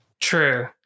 True